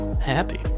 happy